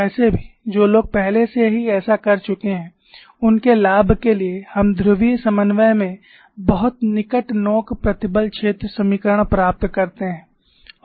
वैसे भी जो लोग पहले से ही ऐसा कर चुके हैं उनके लाभ के लिए हम ध्रुवीय समन्वय में बहुत निकट नोक प्रतिबल क्षेत्र समीकरण प्राप्त करते हैं